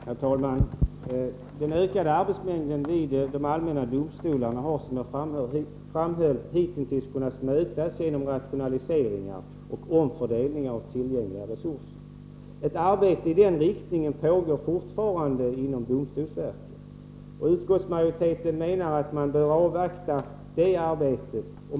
Herr talman! Den ökade arbetsmängden vid de allmänna domstolarna har, som jag framhöll, hitintills kunnat klaras genom rationaliseringar och omfördelningar av tillgängliga resurser. Ett arbete i den riktningen pågår fortfarande inom domstolsverket. Utskottsmajoriteten menar att man bör avvakta detta arbete.